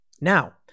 Now